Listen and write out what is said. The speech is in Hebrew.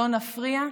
לא נפריע,